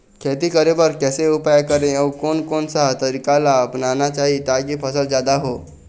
खेती करें बर कैसे उपाय करें अउ कोन कौन सा तरीका ला अपनाना चाही ताकि फसल जादा हो?